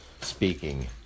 speaking